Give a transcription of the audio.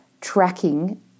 tracking